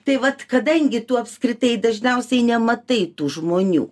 tai vat kadangi tu apskritai dažniausiai nematai tų žmonių